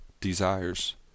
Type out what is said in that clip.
desires